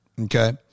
Okay